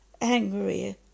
angry